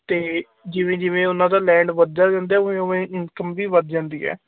ਅਤੇ ਜਿਵੇਂ ਜਿਵੇਂ ਉਹਨਾਂ ਦਾ ਲੈਂਡ ਵੱਧਦਾ ਜਾਂਦਾ ਉਵੇਂ ਉਵੇਂ ਇਨਕਮ ਵੀ ਵੱਧ ਜਾਂਦੀ ਹੈ